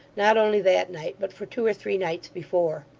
not only that night, but for two or three nights before.